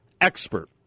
expert